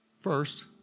first